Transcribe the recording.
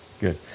Good